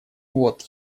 вот